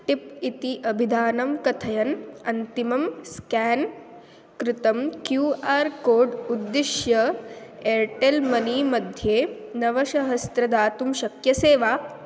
tip इति अभिधानं कथयन् अन्तिमं स्केन् कृतं क्यू आर् कोड् उद्दिश्य एर्टेल् मनी मध्ये नवसहस्रं दातुं शक्यसे वा